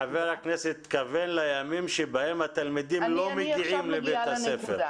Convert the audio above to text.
חבר הכנסת מתכוון לימים שהתלמידים לא מגיעים לבית הספר.